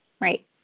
Right